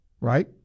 right